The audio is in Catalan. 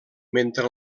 mentre